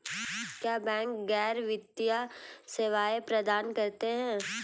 क्या बैंक गैर वित्तीय सेवाएं प्रदान करते हैं?